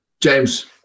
James